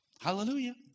Hallelujah